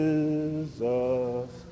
Jesus